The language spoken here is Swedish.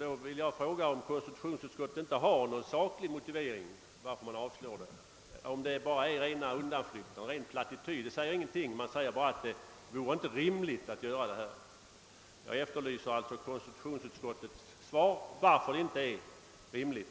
Jag vill då fråga om konstitutionsutskottet har någon saklig motivering till att det avstyrker min motion. Avstyrkandet framstår som en ren undanflykt. Det är en plattityd och säger ingenting; utskottet anför bara att det inte vore rimligt att införa ett förbud mot manuskript. Jag efterlyser konstitutionsutskottets svar på varför det inte är rimligt.